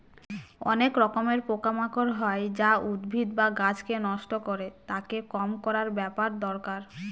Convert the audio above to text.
অনেক রকমের পোকা মাকড় হয় যা উদ্ভিদ বা গাছকে নষ্ট করে, তাকে কম করার ব্যাপার দরকার